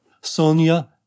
Sonia